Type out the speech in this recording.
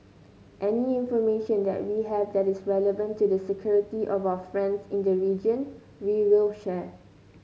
any information that we have that is relevant to the security of our friends in the region we will share